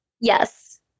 Yes